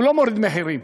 הוא לא מוריד מחירים.